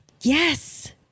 Yes